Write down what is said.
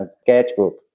sketchbook